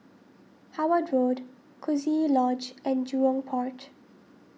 Howard Road Coziee Lodge and Jurong Port